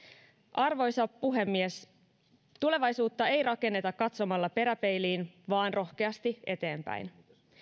arvoisa puhemies tulevaisuutta ei rakenneta katsomalla peräpeiliin vaan rohkeasti eteenpäin